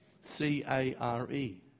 C-A-R-E